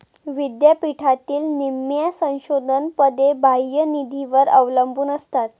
विद्यापीठातील निम्म्या संशोधन पदे बाह्य निधीवर अवलंबून असतात